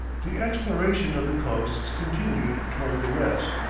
the exploration of the coasts continued towards the west.